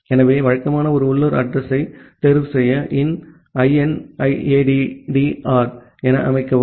ஆகவே வழக்கமாக ஒரு உள்ளூர் அட்ரஸ் யைத் தேர்வுசெய்ய inaddr என அமைக்கவும்